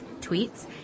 tweets